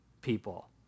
people